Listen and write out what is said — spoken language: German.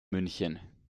münchen